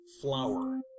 flower